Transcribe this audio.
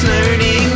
Learning